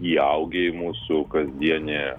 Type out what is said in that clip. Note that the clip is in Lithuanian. įaugę į mūsų kasdienį